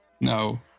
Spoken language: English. No